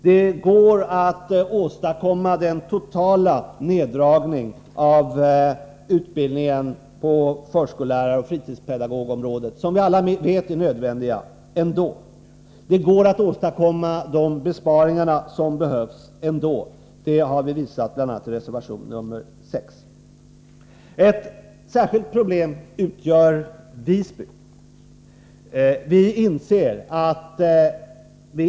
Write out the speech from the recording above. Det går att åstadkomma den totala neddragning av utbildningen på förskolläraroch fritidspedagogområdet som vi alla vet är nödvändig utan att genomdriva nedläggningarna. Det går också att åstadkomma de besparingar som behövs. Det har vi visat bl.a. i reservation nr 6. Ett särskilt problem utgör förskolläraroch fritidspedagogutbildningen i Visby.